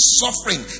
suffering